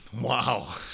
Wow